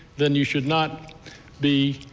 then you should not be